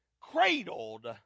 cradled